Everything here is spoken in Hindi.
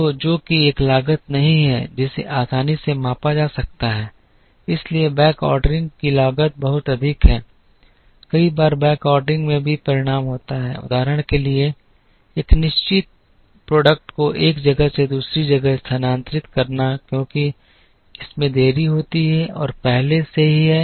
तो जो कि एक लागत नहीं है जिसे आसानी से मापा जा सकता है इसलिए बैकऑर्डरिंग की लागत बहुत अधिक है कई बार बैकऑर्डरिंग में भी परिणाम होता है उदाहरण के लिए एक निश्चित उत्पाद को एक जगह से दूसरी जगह स्थानांतरित करना क्योंकि इसमें देरी होती है और पहले से ही है